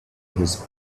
his